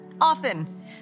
often